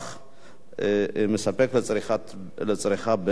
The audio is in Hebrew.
מספיק לצריכה בישראל,